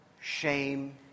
shame